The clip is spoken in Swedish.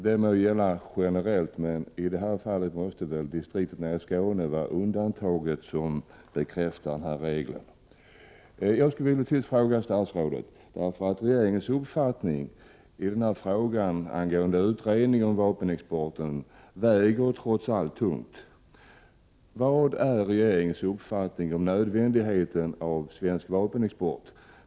Det må gälla generellt, men i det här fallet måste väl partidistriktet i Skåne utgöra undantaget som bekräftar regeln. Eftersom regeringens uppfattning angående utredning om vapenexport trots allt väger tungt, vill jag till sist fråga statsrådet: Vilken är regeringens uppfattning om nödvändigheten av svensk vapenexport?